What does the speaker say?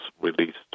released